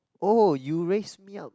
oh you raised me up